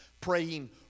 praying